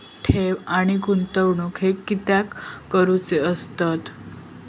ठेव आणि गुंतवणूक हे कित्याक करुचे असतत?